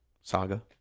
saga